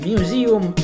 Museum